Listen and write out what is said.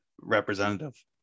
representative